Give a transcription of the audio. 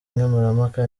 nkemurampaka